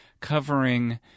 covering